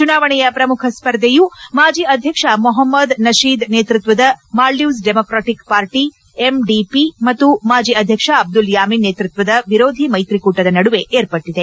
ಚುನಾವಣೆಯ ಪ್ರಮುಖ ಸ್ಪರ್ಧೆಯು ಮಾಜಿ ಅಧ್ವಕ್ಷ ಮೊಹಮ್ಮದ್ ನಶೀದ್ ನೇತೃತ್ವದ ಮಾಲ್ಡೀವ್ಸ್ ಡೆಮಾಕ್ರೆಟಿಕ್ ಪಾರ್ಟಿ ಎಂಡಿಪಿ ಮತ್ತು ಮಾಜಿ ಅಧ್ಯಕ್ಷ ಅಬ್ದುಲ್ಲಾ ಯಾಮಿನ್ ನೇತೃತ್ವದ ವಿರೋಧಿ ಮೈತ್ರಿಕೂಟದ ನಡುವೆ ಏರ್ಪಟ್ಟದೆ